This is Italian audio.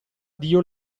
dio